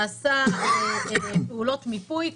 נעשו פעולות מיפוי,